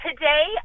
Today